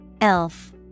Elf